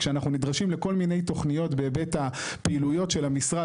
כשאנחנו נדרשים לכל מיני תוכניות בהיבט הפעילויות של המשרד,